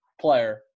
player